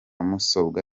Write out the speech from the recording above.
musombwa